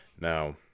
Now